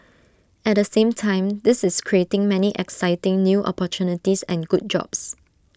at the same time this is creating many exciting new opportunities and good jobs